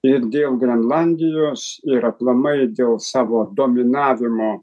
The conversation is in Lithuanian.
ir dėl grenlandijos ir aplamai dėl savo dominavimo